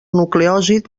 nucleòsid